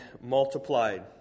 multiplied